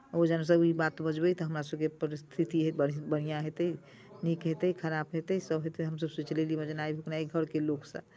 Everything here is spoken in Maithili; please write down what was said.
ओ जे हमसभ ई बात बजबै तऽ हमरासभके परिस्थितिए ब बढ़िआँ हेतै नीक हेतै खराब हेतै सभ हेतै हमसभ सोचि लेलियै बजनाइ भूकनाइ घरके लोकसँ